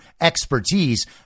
expertise